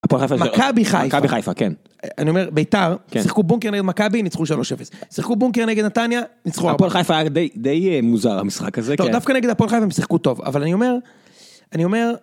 חיפה חיפה חיפה מכבי חיפה כן אני אומר ביתר שיחקו בונקר נגד מכבי ניצחו 3-0 שיחקו בונקר נגד נתניה ניצחו הפועל חיפה היה די מוזר המשחק הזה דווקא נגד הפועל חיפה הם שיחקו טוב אבל אני אומר אני אומר.